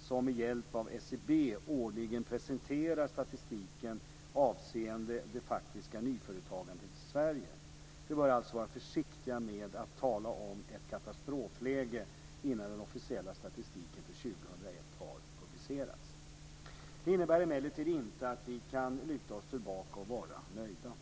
som med hjälp av SCB årligen presenterar statistiken avseende det faktiska nyföretagandet i Sverige. Vi bör alltså vara försiktiga med att tala om ett katastrofläge innan den officiella statistiken för 2001 har publicerats. Det innebär emellertid inte att vi kan luta oss tillbaka och vara nöjda.